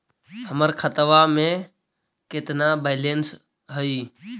हमर खतबा में केतना बैलेंस हई?